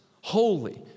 Holy